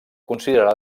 considerà